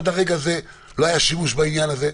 עד הרגע הזה לא היה שימוש בעניין הזה,